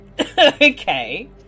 Okay